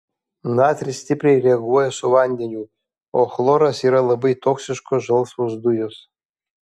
natris stipriai reaguoja su vandeniu o chloras yra labai toksiškos žalsvos dujos